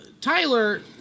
Tyler